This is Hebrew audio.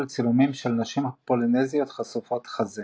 צילומים של נשים פולינזיות חשופות חזה.